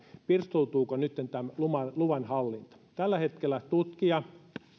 pirstoutuuko nytten tämä luvanhallinta meillähän tutkija